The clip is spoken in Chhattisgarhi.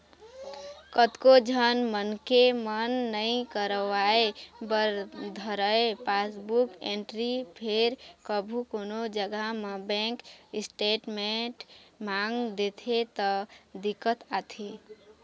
कतको झन मनखे मन नइ करवाय बर धरय पासबुक एंटरी फेर कभू कोनो जघा म बेंक स्टेटमेंट मांग देथे त दिक्कत आथे